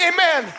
Amen